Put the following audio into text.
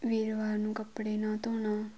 ਵੀਰਵਾਰ ਨੂੰ ਕੱਪੜੇ ਨਾ ਧੋਣਾ